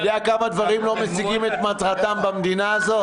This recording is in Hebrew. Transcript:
אתה יודע כמה דברים לא משיגים את מטרתם במדינה הזו?